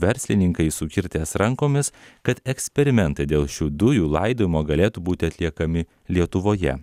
verslininkais sukirtęs rankomis kad eksperimentai dėl šių dujų laidojimo galėtų būti atliekami lietuvoje